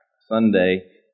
Sunday